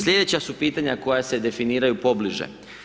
Slijedeća su pitanja koja se definiraju pobliže.